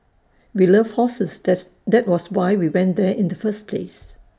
we love horses that's that was why we went there in the first place